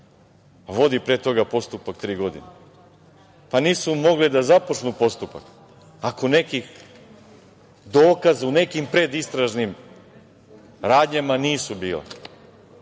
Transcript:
Vodi pre toga postupak tri godine. Nisu mogli da započnu postupak ako neki dokaz u nekim predistražnim radnjama nisu bile.